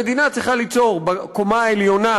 המדינה צריכה ליצור בקומה העליונה